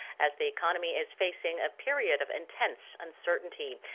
as the economy is facing a period of intense uncertainty.